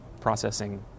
processing